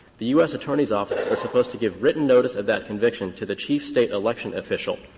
the u s. attorney's office is supposed to give written notice of that conviction to the chief state election official.